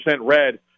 red